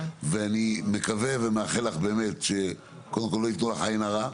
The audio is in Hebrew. ואני מקווה ומאחל לך שקודם כל לא יהיה עלייך עין הרע,